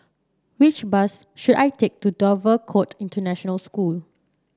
which bus should I take to Dover Court International School